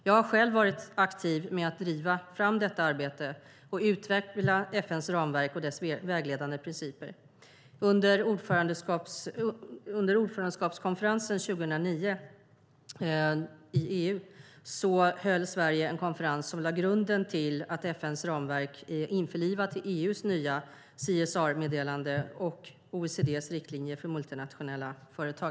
Jag har själv varit aktiv med att driva fram detta arbete och att utveckla FN:s ramverk och dess vägledande principer. Under ordförandeskapskonferensen 2009 i EU höll Sverige en konferens som lade grunden till att FN:s ramverk införlivats i EU:s nya CSR-meddelande och i OECD:s riktlinjer för multinationella företag.